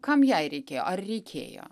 kam jai reikėjo ar reikėjo